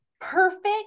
perfect